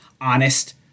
honest